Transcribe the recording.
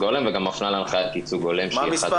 ההולם וגם מפנה להנחיית ייצוג הולם של 1.1503. מה המספר